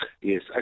Yes